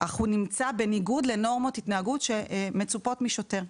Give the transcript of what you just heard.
אך הוא נמצא בניגוד לנורמות התנהגות שמצופות משוטר.